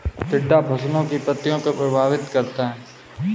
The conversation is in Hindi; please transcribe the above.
टिड्डा फसलों की पत्ती को प्रभावित करता है